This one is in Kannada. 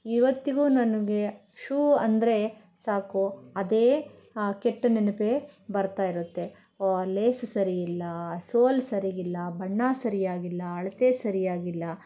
ಇವತ್ತಿಗೂ ನನಗೆ ಶೂ ಅಂದರೆ ಸಾಕು ಅದೇ ಆ ಕೆಟ್ಟ ನೆನಪೇ ಬರ್ತಾಯಿರುತ್ತೆ ಆ ಲೇಸ್ ಸರಿಯಿಲ್ಲ ಸೋಲ್ ಸರಿಗಿಲ್ಲ ಬಣ್ಣ ಸರಿಯಾಗಿಲ್ಲ ಅಳತೆ ಸರಿಯಾಗಿಲ್ಲ